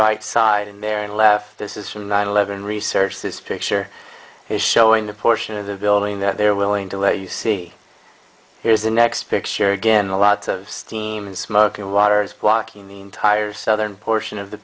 right side in there and left this is from nine eleven research this picture is showing the portion of the building that they're willing to let you see here's the next picture again a lot of steam and smoke and water is blocking the entire southern portion of the